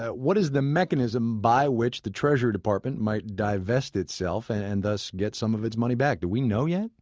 what is the mechanism by which the treasury department might divest itself and and thus get some of its money back? do we know yet?